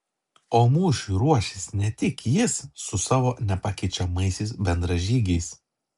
o mūšiui ruošis ne tik jis su savo nepakeičiamaisiais bendražygiais